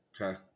Okay